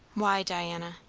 why, diana?